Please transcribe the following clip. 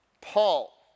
Paul